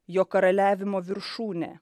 jo karaliavimo viršūnė